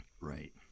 right